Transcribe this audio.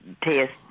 test